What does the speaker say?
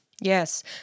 Yes